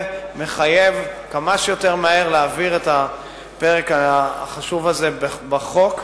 מחייב להעביר כמה שיותר מהר את הפרק החשוב הזה בחוק.